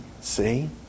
See